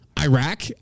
Iraq